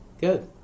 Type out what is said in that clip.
good